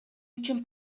үчүн